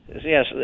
Yes